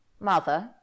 Mother